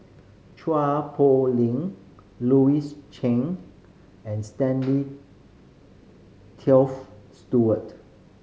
Chua Poh Leng Louis Chen and Stanley Toft Stewart